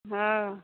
हँ